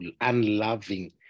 unloving